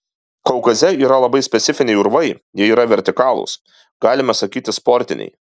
kaukaze yra labai specifiniai urvai jie yra vertikalūs galima sakyti sportiniai